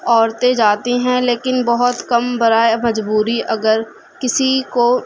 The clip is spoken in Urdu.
عورتیں جاتی ہیں لیکن بہت ہی کم براہ مجبوری اگر کسی کو